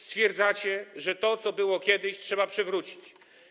Stwierdzacie, że to, co było kiedyś, trzeba przywrócić.